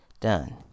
done